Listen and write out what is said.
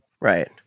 Right